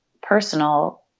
personal